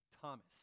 thomas